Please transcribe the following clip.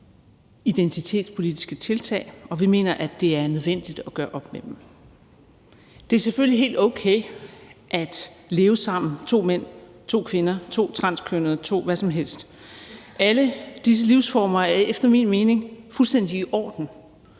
identitetspolitiske tiltag, og vi mener, at det er nødvendigt at gøre op med dem. Det er selvfølgelig helt okay, at to mænd, to kvinder, to transkønnede, to hvad som helst lever sammen, og alle disse livsformer er efter min mening fuldstændig i orden,